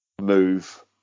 move